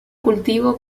cultivo